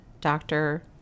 doctor